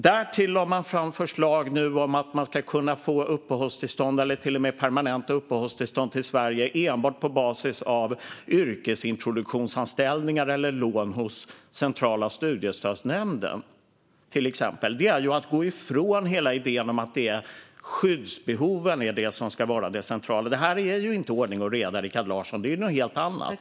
Därtill lade man nu fram förslag att en person ska kunna få uppehållstillstånd eller till och med permanent uppehållstillstånd i Sverige enbart på basis av till exempel yrkesintroduktionsanställningar eller lån hos Centrala studiestödsnämnden. Det är att gå ifrån hela idén om att det är skyddsbehoven som ska vara det centrala. Det är inte ordning och reda, Rikard Larsson. Det är någonting helt annat.